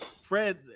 Fred